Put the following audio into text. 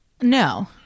no